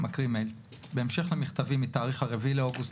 אני מקריא מייל: "בהמשך למכתבי מתאריך ה-4 באוגוסט